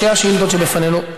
שתי השאילתות שבפנינו,